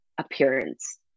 appearance